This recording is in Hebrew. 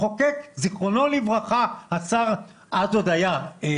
אנחנו נתן עכשיו זכות דיבור לחה"כ משה אבוטבול,